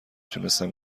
تونستم